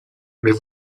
mais